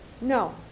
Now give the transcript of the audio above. No